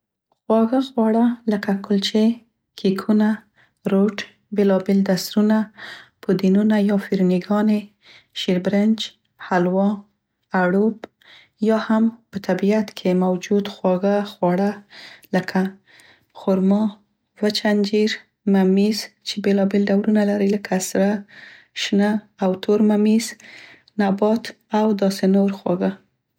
خواږه خواړه، لکه کلچې، کیکونه، روټ، بیلابیل دسرونه،، پودینونه یا فرني ګانې، شیربرنج، حلوا، اړوب، یا هم په طبیعت کې موجود خواږه خواړه لکه خرما، وچ انجیر، ممیز چې بیلابیل ډولونه لري لکه سره، شنه او تور ممیز، نبات او داسې نور خواږه.